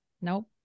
Nope